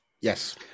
Yes